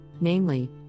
namely